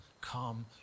come